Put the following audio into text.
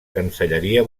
cancelleria